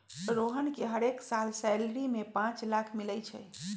रोहन के हरेक साल सैलरी में पाच लाख मिलई छई